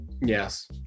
Yes